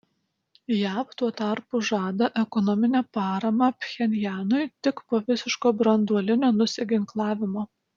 jav tuo tarpu žada ekonominę paramą pchenjanui tik po visiško branduolinio nusiginklavimo